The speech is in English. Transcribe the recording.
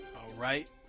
right.